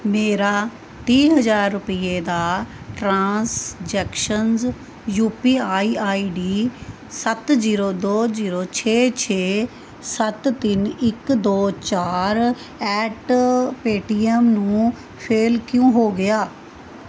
ਮੇਰਾ ਤੀਹ ਹਜ਼ਾਰ ਰੁਪਈਏ ਦਾ transactions U P I I D ਸੱਤ ਜ਼ੀਰੋ ਦੋ ਜ਼ੀਰੋ ਛੇ ਛੇ ਸੱਤ ਤਿੰਨ ਇੱਕ ਦੋ ਚਾਰ ਐਟ ਪੇਟੀਐਮ ਨੂੰ ਫ਼ੇਲ ਕਿਉ ਹੋ ਗਿਆ